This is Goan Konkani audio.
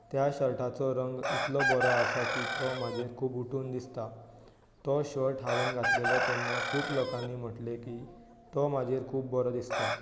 त्या शर्टाचो रंग इतलो बरो आसा की तो म्हाजेर खूब उटून दिसता तो शर्ट हांवें घातलेलो तेन्ना खूब लोकांनी म्हटलें की तो म्हाजेर खूब बरो दिसता